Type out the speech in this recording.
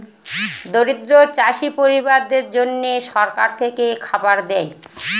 দরিদ্র চাষী পরিবারদের জন্যে সরকার থেকে খাবার দেয়